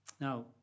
Now